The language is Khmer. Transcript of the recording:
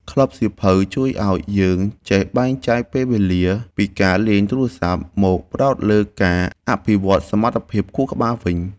ក្លឹបសៀវភៅជួយឱ្យយើងចេះបែងចែកពេលវេលាពីការលេងទូរស័ព្ទមកផ្ដោតលើការអភិវឌ្ឍសមត្ថភាពខួរក្បាលវិញ។